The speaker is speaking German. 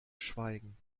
schweigen